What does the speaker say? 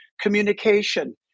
communication